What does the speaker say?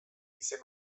izen